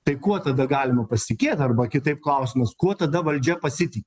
tai kuo tada galima pasitikėt arba kitaip klausimas kuo tada valdžia pasiti